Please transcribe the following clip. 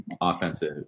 offensive